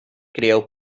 crieu